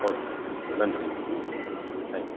okay நன்றி thank you